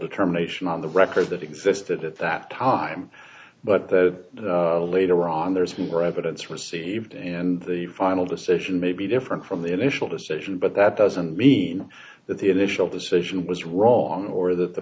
determination on the record that existed at that time but that later on there's been private eye received and the final decision may be different from the initial decision but that doesn't mean that the initial decision was wrong or that the